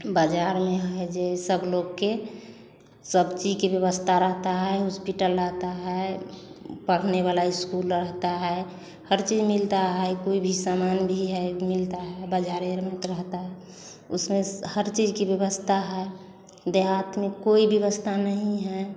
बाजार में है ये सब लोग के सब्जी का व्यवस्था रहता है हॉस्पिटल रहता है पढ़ने वाला स्कूल रहता है हर चीज़ मिलता है कोई भी सामान भी है मिलता है बाजार में रहता है उसमें स हर चीज़ कि व्यवसथा है देहात में कोई व्यवस्था नहीं है